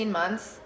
months